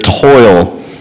toil